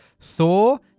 Thor